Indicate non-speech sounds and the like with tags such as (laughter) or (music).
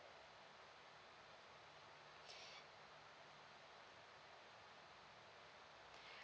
(breath)